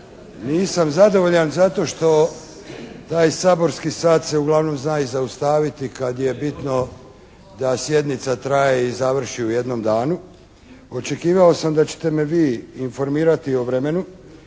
Nisam zadovoljan zato što taj saborski sat se uglavnom zna i zaustaviti kad je bitno da sjednica traje i završi u jednom danu. Očekivao sam da ćete me vi informirati o vremenu